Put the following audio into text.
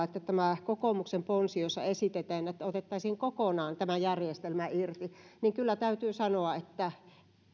että kun on tämä kokoomuksen ponsi jossa esitetään että otettaisiin kokonaan tämä järjestelmä irti niin kyllä täytyy sanoa että